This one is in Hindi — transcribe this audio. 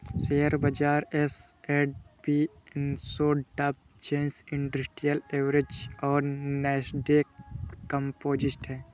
शेयर बाजार एस.एंड.पी पनसो डॉव जोन्स इंडस्ट्रियल एवरेज और नैस्डैक कंपोजिट है